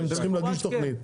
הם צריכים להגיש תוכנית.